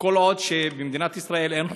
כל עוד במדינת ישראל אין חוקה,